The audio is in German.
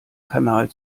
kanal